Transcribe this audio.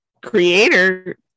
creator